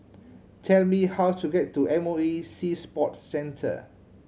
tell me how to get to M O E Sea Sports Centre